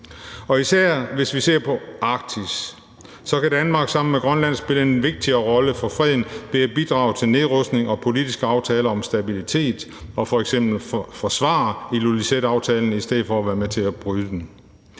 Især hvis vi ser på Arktis, kan Danmark sammen med Grønland spille en vigtigere rolle for freden ved at bidrage til nedrustning og politiske aftaler om stabilitet og f.eks. forsvare Ilulissataftalen i stedet for at være med til at bryde den.